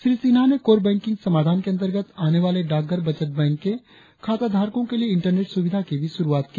श्री सिन्हा ने core banking समाधान के अंतर्गत आने वाले डाकघर बचत बैंक के खाताधारकों के लिए इंटरनेट सुविधा की भी शुरुआत की